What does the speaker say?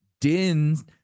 Din's